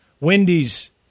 Wendy's